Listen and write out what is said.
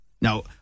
Now